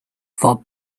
for